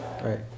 right